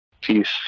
Peace